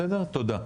תודה.